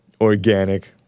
Organic